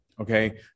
okay